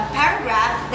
paragraph